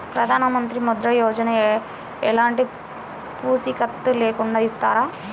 ప్రధానమంత్రి ముద్ర యోజన ఎలాంటి పూసికత్తు లేకుండా ఇస్తారా?